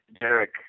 Derek